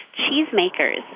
cheesemakers